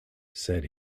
said